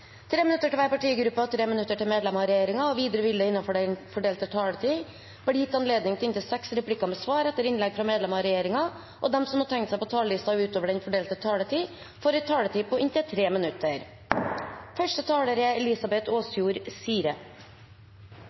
minutter til hver partigruppe og 5 minutter til medlemmer av regjeringen. Videre vil det – innenfor den fordelte taletid – bli gitt anledning til inntil seks replikker med svar etter innlegg fra medlemmer av regjeringen, og de som måtte tegne seg på talerlisten utover den fordelte taletid, får en taletid på inntil 3 minutter.